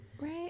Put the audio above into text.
Right